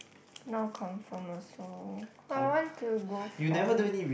no confirm also I want to go for